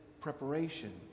preparation